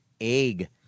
egg